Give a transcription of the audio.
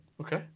Okay